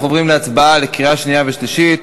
אנחנו עוברים להצבעה בקריאה שנייה ובקריאה שלישית.